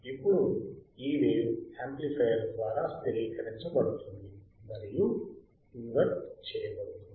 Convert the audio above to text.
అప్పుడు ఈ wave amplifier ద్వారా స్థిరీకరించబడుతుంది మరియు ఇన్వర్ట్ చేయబడుతుంది